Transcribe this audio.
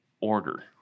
order